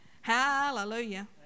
Hallelujah